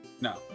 No